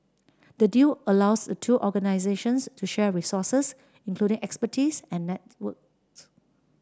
the deal allows the two organisations to share resources including expertise and networks